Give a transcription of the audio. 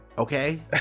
okay